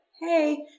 hey